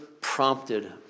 prompted